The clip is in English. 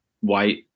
white